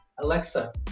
Alexa